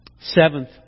Seventh